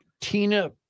Tina